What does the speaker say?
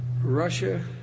Russia